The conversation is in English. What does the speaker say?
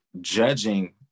judging